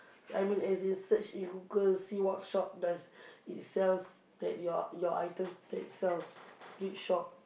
I mean as in search in Google see what shop does it sells that your your item that it sells which shop